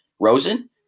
Rosen